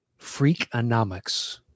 Freakonomics